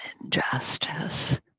injustice